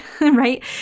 right